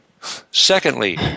Secondly